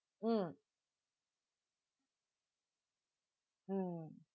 mm mm